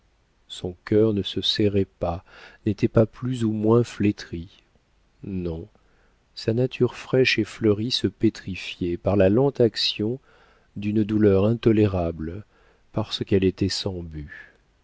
son cœur ne se serrait pas n'était pas plus ou moins flétri non sa nature fraîche et fleurie se pétrifiait par la lente action d'une douleur intolérable parce qu'elle était sans but